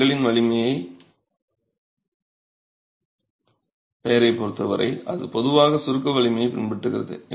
செங்கலின் வலிமையின் பெயரைப் பொறுத்தவரை அது பொதுவாக சுருக்க வலிமையைப் பின்பற்றுகிறது